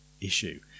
issue